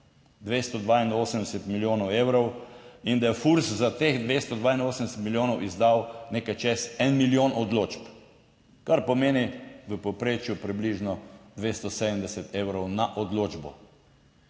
282 milijonov evrov in da je FURS za teh 282 milijonov izdal nekaj čez 1 milijon odločb, kar pomeni v povprečju približno 270 evrov na odločbo.